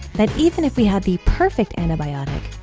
that even if we had the perfect antibiotic,